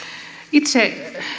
itse